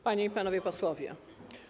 Panie i Panowie Posłowie!